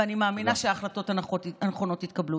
ואני מאמינה שההחלטות הנכונות יתקבלו.